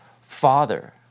Father